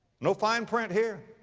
no fine print here.